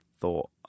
thought